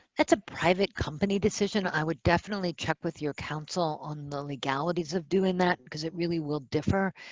that's a private company decision. i would definitely check with your counsel on the legalities of doing that because it really will differ.